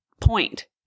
point